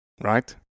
right